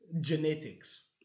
genetics